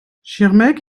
schirmeck